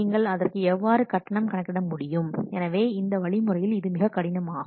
நீங்கள் அதற்கு எவ்வாறு கட்டணம் கணக்கிட முடியும் எனவே இந்த வழிமுறையில் இது மிகக் கடினமாகும்